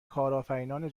کارآفرینان